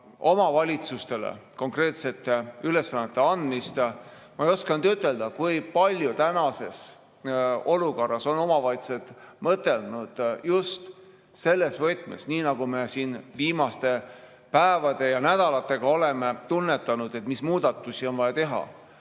omavalitsustele konkreetselt ülesannete andmist. Ma ei oska ütelda, kui palju tänases olukorras on omavalitsused mõtelnud just selles võtmes, nii nagu me siin viimaste päevade ja nädalatega oleme tunnetanud, mis muudatusi on vaja teha.